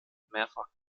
mehrfach